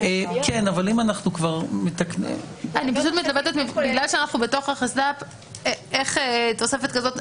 אני פשוט מתלבטת לגבי התוספת הזאת,